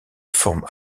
forme